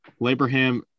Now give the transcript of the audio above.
Labraham